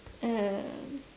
um